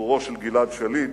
לשחרורו של גלעד שליט,